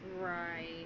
Right